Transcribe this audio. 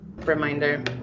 reminder